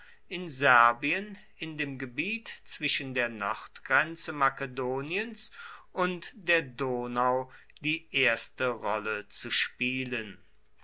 in dem gebiet zwischen der nordgrenze makedoniens und der donau die erste rolle zu spielen